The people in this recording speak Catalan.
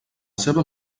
seua